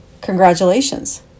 Congratulations